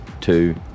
two